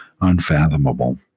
unfathomable